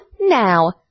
now